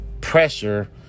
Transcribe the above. pressure